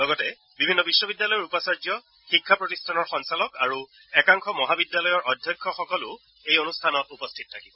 লগতে বিভিন্ন বিশ্ববিদ্যালয়ৰ উপাচাৰ্য শিক্ষা প্ৰতিষ্ঠানৰ সঞ্চালক আৰু একাংশ মহাবিদ্যালয়ৰ অধ্যক্ষসকলো এই অনুষ্ঠানত উপস্থিত থাকিব